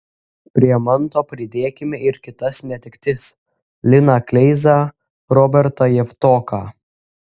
prie manto pridėkime ir kitas netektis liną kleizą robertą javtoką